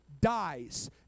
dies